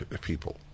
people